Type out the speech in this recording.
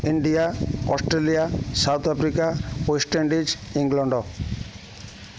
India Australia South Africa West Indies England